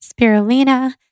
spirulina